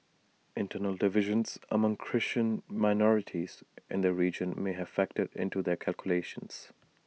internal divisions among Christian minorities in the region may have factored into their calculations